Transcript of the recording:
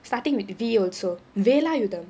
starting with V also Velayudham